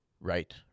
Right